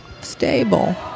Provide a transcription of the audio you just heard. stable